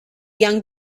young